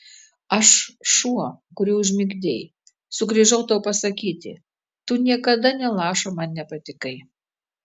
aš šuo kurį užmigdei sugrįžau tau pasakyti tu niekada nė lašo man nepatikai